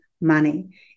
money